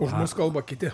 už mus kalba kiti